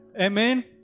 Amen